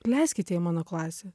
leiskit ją į mano klasę